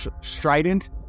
strident